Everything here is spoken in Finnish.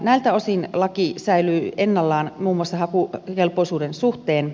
näiltä osin laki säilyy ennallaan muun muassa hakukelpoisuuden suhteen